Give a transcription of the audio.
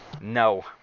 no